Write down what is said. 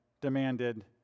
demanded